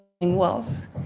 wealth